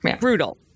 brutal